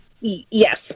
Yes